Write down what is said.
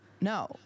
No